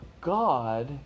God